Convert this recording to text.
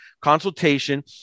consultation